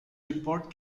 report